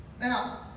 Now